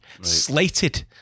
Slated